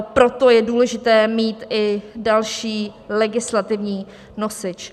Proto je důležité mít i další legislativní nosič.